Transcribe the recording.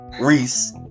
Reese